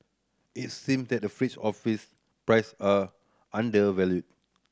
it seem that fringes office price a undervalued